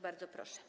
Bardzo proszę.